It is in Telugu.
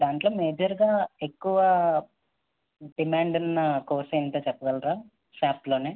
దాంట్లో మేజర్గా ఎక్కువ డిమాండ్ ఉన్న కోర్స్ ఏంటో చెప్పగలరా శాప్లోనే